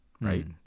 right